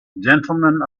gentlemen